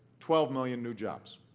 twelve million new jobs.